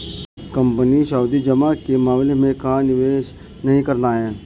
Company सावधि जमा के मामले में कहाँ निवेश नहीं करना है?